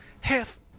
Half